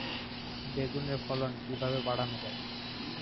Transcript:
বেগুনের ফলন কিভাবে বাড়ানো যায়?